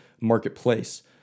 marketplace